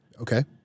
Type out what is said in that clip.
Okay